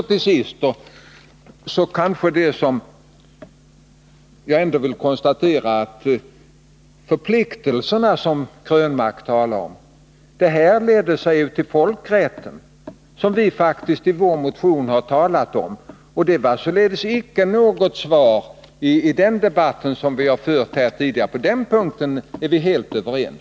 Till sist: De förpliktelser som Eric Krönmark talar om härleder sig ur folkrätten, vilken vi faktiskt berört i vår motion. Det var således icke något svar i den debatt som vi har fört här tidigare. På den punkten är vi helt överens.